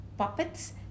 Puppets